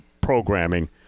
programming